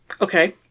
Okay